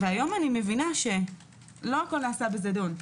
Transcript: ולצערי והיום אני מבינה שלא הכול נעשה בזדון.